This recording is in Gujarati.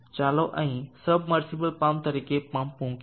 ચાલો અહીં સબમર્સિબલ પંપ તરીકે એક પંપ મૂકીએ